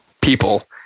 people